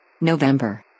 November